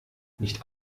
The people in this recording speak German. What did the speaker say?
nicht